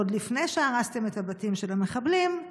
עוד לפני שהרסתם את הבתים של המחבלים,